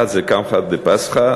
מיועדים לשלושה פרויקטים: קמחא דפסחא,